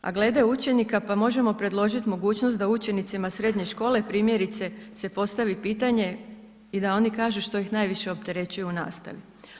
A glede učenika, pa možemo predložiti mogućnost da učenicima srednje škole primjerice se postavi pitanje i da oni kažu što ih najviše opterećuje u nastavi.